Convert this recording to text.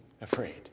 afraid